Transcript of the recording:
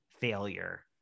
failure